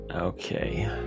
Okay